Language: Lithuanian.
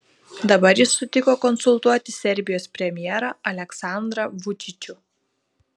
dabar jis sutiko konsultuoti serbijos premjerą aleksandrą vučičių